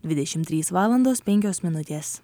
dvidešimt trys valandos penkios minutės